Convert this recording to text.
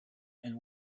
and